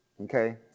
Okay